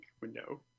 window